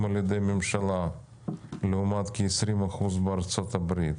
על ידי הממשלה לעומת כ-20% בארצות הברית.